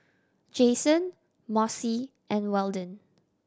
Jason Mossie and Weldon